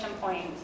point